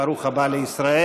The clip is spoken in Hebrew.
ברוך הבא לישראל.